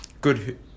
good